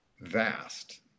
vast